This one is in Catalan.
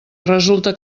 resulta